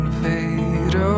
fade